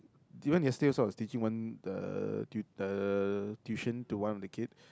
even yesterday also I was teaching one uh tu~ uh tuition to one of the kid